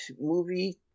movie